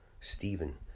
Stephen